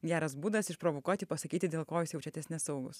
geras būdas išprovokuoti pasakyti dėl ko jūs jaučiatės nesaugūs